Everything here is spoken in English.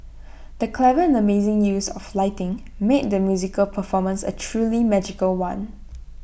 the clever and amazing use of lighting made the musical performance A truly magical one